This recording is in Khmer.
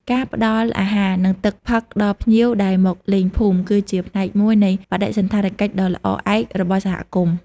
ការផ្តល់អាហារ និងទឹកផឹកដល់ភ្ញៀវដែលមកលេងភូមិ គឺជាផ្នែកមួយនៃបដិសណ្ឋារកិច្ចដ៏ល្អឯករបស់សហគមន៍។